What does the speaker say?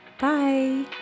Bye